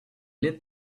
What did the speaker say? lit